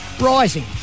rising